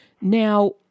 Now